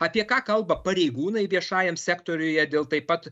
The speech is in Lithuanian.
apie ką kalba pareigūnai viešajam sektoriuje dėl taip pat